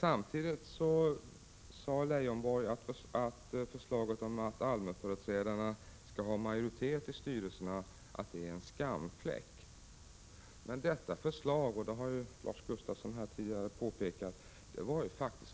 Samtidigt sade Lars Leijonborg att förslaget om att allmänföreträdarna skall ha majoritet i styrelserna är en skamfläck. Men som Lars Gustafsson tidigare påpekat var